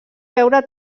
veure